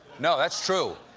no, that's true.